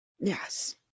Yes